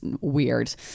weird